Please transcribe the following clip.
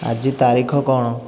ଆଜି ତାରିଖ କଣ